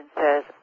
says